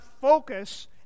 focus